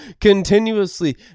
Continuously